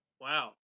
wow